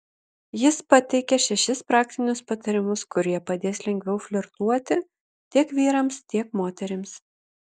jis pateikia šešis praktinius patarimus kurie padės lengviau flirtuoti tiek vyrams tiek moterims